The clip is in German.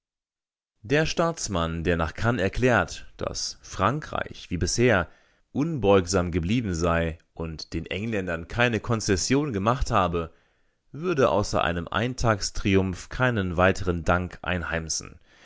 der staatsmann der nach cannes erklärt daß frankreich wie bisher unbeugsam geblieben sei und den engländern keine konzession gemacht habe würde außer einem eintagstriumph keinen weiteren dank einheimsen